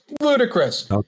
ludicrous